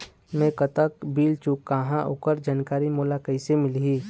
मैं कतक बिल चुकाहां ओकर जानकारी मोला कइसे मिलही?